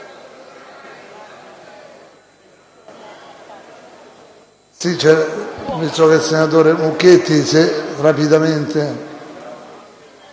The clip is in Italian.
Grazie